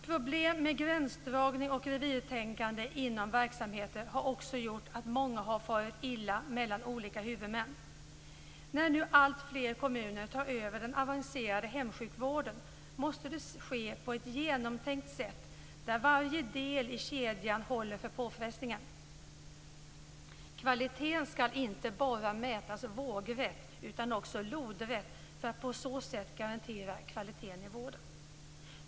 Problemet med gränsdragning och revirtänkande inom verksamheterna har också gjort att många har farit illa mellan olika huvudmän. När nu alltfler kommuner tar över den avancerade hemsjukvården måste det ske på ett genomtänkt sätt, där varje del i kedjan håller för påfrestningen. Kvaliteten skall inte bara mätas vågrätt utan också lodrätt för att på så sätt garantera kvaliteten i vården.